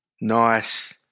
Nice